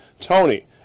Tony